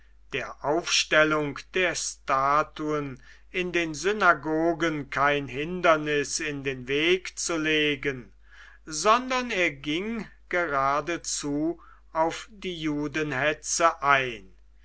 der aufstellung der statuen in den synagogen kein hindernis in den weg zu legen sondern er ging geradezu auf die judenhetze ein